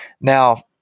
Now